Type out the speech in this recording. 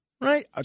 right